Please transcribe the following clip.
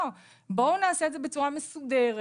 בואו נעשה את זה בצורה מסודרת.